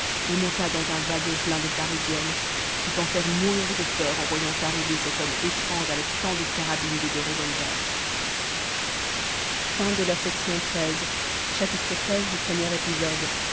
et monta dans un wagon plein de parisiennes qui pensèrent mourir de peur en voyant arriver cet homme étrange avec tant de carabines et de revolvers